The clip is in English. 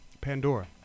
Pandora